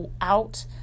out